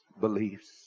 beliefs